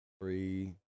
Three